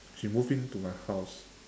she moved in to my house